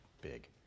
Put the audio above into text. big